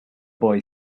boy